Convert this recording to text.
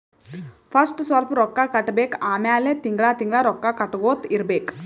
first ಸ್ವಲ್ಪ್ ರೊಕ್ಕಾ ಕಟ್ಟಬೇಕ್ ಆಮ್ಯಾಲ ತಿಂಗಳಾ ತಿಂಗಳಾ ರೊಕ್ಕಾ ಕಟ್ಟಗೊತ್ತಾ ಇರ್ಬೇಕ್